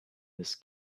this